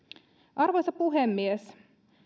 arvoisa puhemies